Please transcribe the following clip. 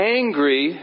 angry